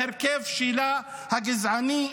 בהרכב הגזעני,